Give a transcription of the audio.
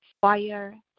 fire